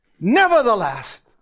Nevertheless